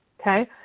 Okay